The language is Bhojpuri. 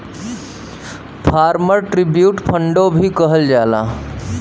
फार्मर ट्रिब्यूट फ़ंडो भी कहल जाला